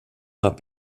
not